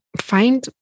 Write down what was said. find